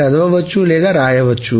చదవచ్చు లేదా రాయవచ్చు